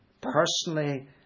personally